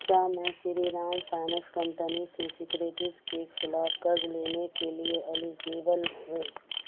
کیا میں Sri Ram finance company سے سیکریٹیز کے خلاف قرض لینے کے لیے الیزیبل ہوں